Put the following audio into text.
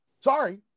Sorry